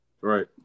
Right